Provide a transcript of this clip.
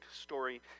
story